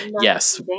Yes